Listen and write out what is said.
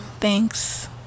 thanks